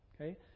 okay